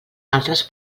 altres